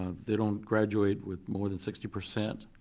ah they don't graduate with more than sixty percent